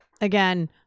again